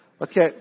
Okay